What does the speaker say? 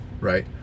right